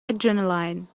adrenaline